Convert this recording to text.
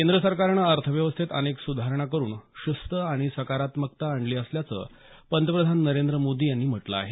केंद्र सरकारनं अर्थव्यवस्थेत अनेक सुधारणा करून शिस्त आणि सकारात्मकता आणली असल्याचं पंतप्रधान नरेंद्र मोदी यांनी म्हटलं आहे